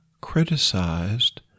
criticized